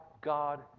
God